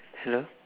hello